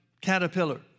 caterpillar